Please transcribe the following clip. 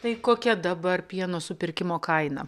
tai kokia dabar pieno supirkimo kaina